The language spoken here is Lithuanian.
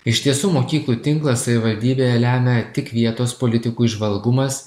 iš tiesų mokyklų tinklas savivaldybėje lemia tik vietos politikų įžvalgumas